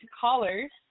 callers